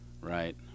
Right